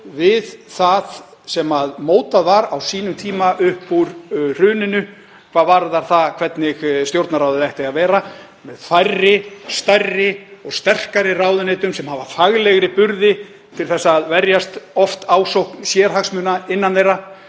við það sem mótað var á sínum tíma upp úr hruninu hvað varðar það hvernig Stjórnarráðið ætti að vera; með færri, stærri og sterkari ráðuneytum sem hafa faglegri burði til að verjast oft ásókn sérhagsmuna innan þeirra.